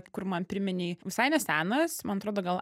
kur man priminei visai nesenas man atrodo gal